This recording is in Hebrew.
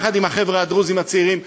יחד עם החבר'ה הדרוזים הצעירים,